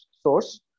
source